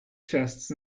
chests